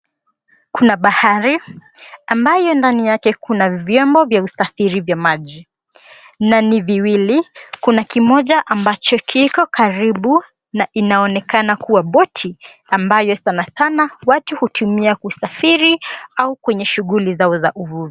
Kuna bahari, ambayo ndani yake kuna viombo vya usafiri vya maji. Na ni viwili, kuna kimoja ambacho kiko karibu na inaonekana kua boti ambayo sanasana watu hutumia kusafiri au kwenye shughuli zao za uvuvi .